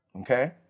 okay